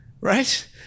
Right